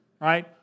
right